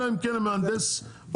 אלא אם כן המהנדס אוסר.